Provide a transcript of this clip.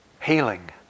healing